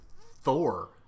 Thor